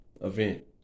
event